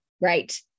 Right